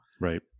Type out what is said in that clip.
Right